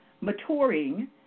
maturing